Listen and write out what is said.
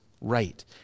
right